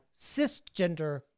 cisgender